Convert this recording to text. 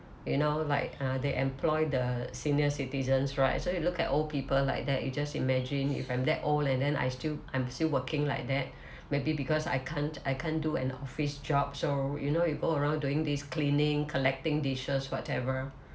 you know like uh they employ the senior citizens right so you look at old people like that you just imagine if I'm that old and then I still I'm still working like that maybe because I can't I can't do an office job so you know you go around doing these cleaning collecting dishes whatever